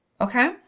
okay